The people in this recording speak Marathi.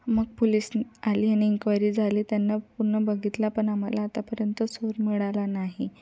मग पुलिस आली आणि इन्क्वायरी झाली त्यांनी पूर्ण बघितला पण आम्हाला आतापर्यंत चोर मिळाला नाही